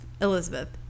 Elizabeth